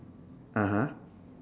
(uh huh)